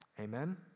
Amen